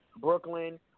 Brooklyn